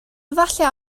efallai